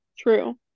True